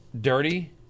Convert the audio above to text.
dirty